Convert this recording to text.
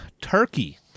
turkey